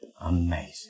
Amazing